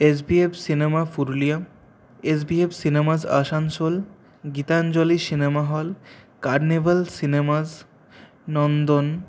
S V F cinema পুরুলিয়াম SVF cinemas Asansol Gitanjali cinema hall carnival cinemas নন্দন